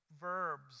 verbs